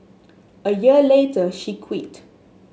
a year later she quit